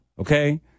Okay